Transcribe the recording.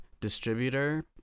distributor